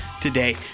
today